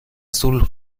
azul